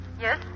Yes